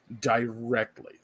Directly